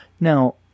Now